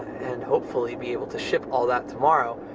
and hopefully be able to ship all that tomorrow.